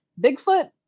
Bigfoot